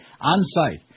on-site